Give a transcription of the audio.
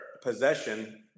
possession